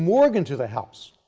morgan to the house.